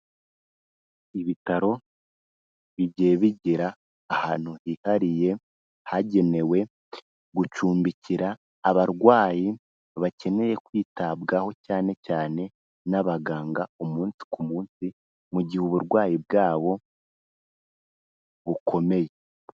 Ibitaro bigiye bigera ahantu hihariye hagenewe gucumbikira abarwayi, bakeneye kwitabwaho cyane cyane n'abaganga umunsi ku munsi, mu gihe uburwayi bwabo bukomeye.